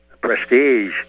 prestige